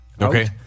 Okay